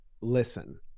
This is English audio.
Listen